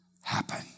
happen